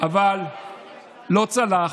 זה בסדר, אני לא רואה בזה חיסרון, אבל זה דבר